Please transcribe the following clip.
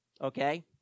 okay